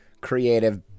creative